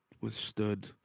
withstood